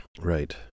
Right